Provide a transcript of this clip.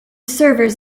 servers